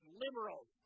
liberals